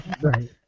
Right